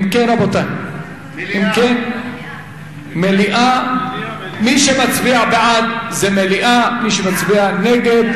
אם כן, מי שמצביע בעד זה מליאה, מי שמצביע נגד,